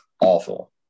awful